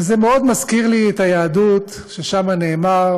וזה מאוד מזכיר לי את היהדות, ששם נאמר: